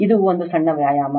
ಇದು ಒಂದು ಸಣ್ಣ ವ್ಯಾಯಾಮ